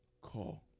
call